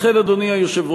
לכן, אדוני היושב-ראש,